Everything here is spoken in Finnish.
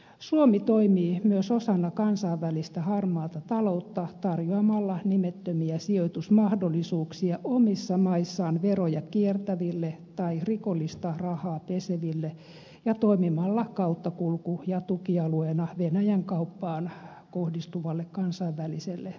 suomi toimii myös osana kansainvälistä harmaata taloutta tarjoamalla nimettömiä sijoitusmahdollisuuksia omissa maissaan veroja kiertäville tai rikollista rahaa peseville ja toimimalla kauttakulku ja tukialueena venäjän kauppaan kohdistuvalle kansainväliselle rikollisuudelle